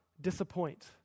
disappoint